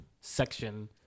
section